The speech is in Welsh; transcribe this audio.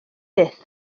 byth